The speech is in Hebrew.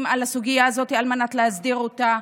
על הסוגיה הזאת על מנת להסדיר אותה.